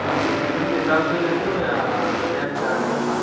आप लोकेशन के हिसाब से लेते हो या सेम चार्ज सबका